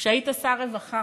כשהיית שר הרווחה